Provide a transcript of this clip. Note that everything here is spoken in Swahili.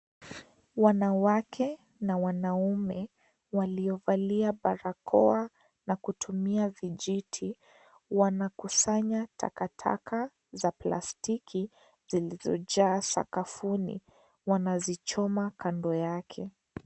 Wanawake na wanaume waliovalia barakoa na kutumia vijiti wanakusanya takataka za plastiki zilizojaa sakafuni. Wanazichoma kando yake.